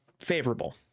favorable